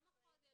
לא לגיל הרך.